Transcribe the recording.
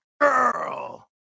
girl